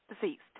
deceased